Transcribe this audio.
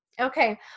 Okay